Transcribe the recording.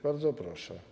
Bardzo proszę.